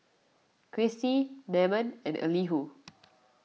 Kristi Namon and Elihu